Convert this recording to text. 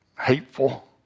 hateful